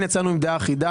כן יצאנו עם דעה אחידה